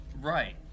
Right